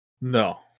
No